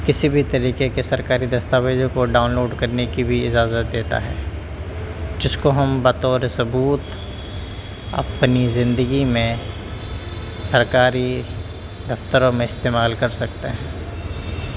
کسی بھی طریقے کے سرکاری دستاویزوں کو ڈاؤنلوڈ کرنے کی بھی اجازت دیتا ہے جس کو ہم بطور ثبوت اپنی زندگی میں سرکاری دفتروں میں استعمال کر سکتے ہیں